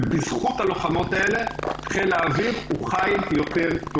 בזכות הלוחמות האלה חיל האוויר הוא חיל טוב יותר.